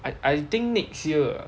I I think next year ah